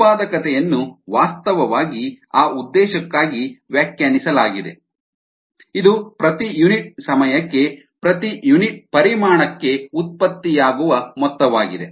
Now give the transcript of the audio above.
ಉತ್ಪಾದಕತೆಯನ್ನು ವಾಸ್ತವವಾಗಿ ಆ ಉದ್ದೇಶಕ್ಕಾಗಿ ವ್ಯಾಖ್ಯಾನಿಸಲಾಗಿದೆ ಇದು ಪ್ರತಿ ಯುನಿಟ್ ಸಮಯಕ್ಕೆ ಪ್ರತಿ ಯುನಿಟ್ ಪರಿಮಾಣಕ್ಕೆ ಉತ್ಪತ್ತಿಯಾಗುವ ಮೊತ್ತವಾಗಿದೆ